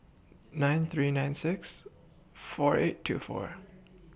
nine three nine six four eight two four